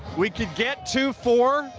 we could get to four,